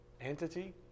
entity